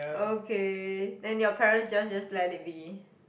okay then your parents just just let it be